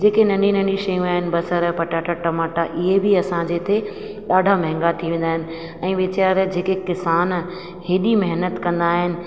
जेके नंढी नंढी शयूं आहिनि बसर पटाटा टमाटा इअं बि असांजे हिते ॾाढा महांगा थी वेंदा आहिनि ऐं वीचारा जेके किसान हेॾी महिनत कंदा आहिनि